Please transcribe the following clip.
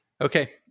Okay